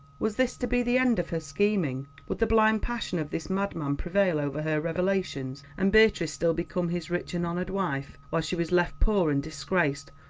was this to be the end of her scheming? would the blind passion of this madman prevail over her revelations, and beatrice still become his rich and honoured wife, while she was left poor and disgraced?